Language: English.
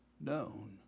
known